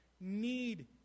need